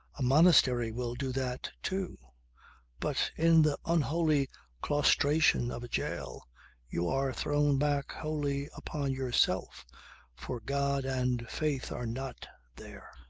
a monastery will do that too but in the unholy claustration of a jail you are thrown back wholly upon yourself for god and faith are not there.